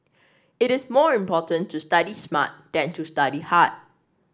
it is more important to study smart than to study hard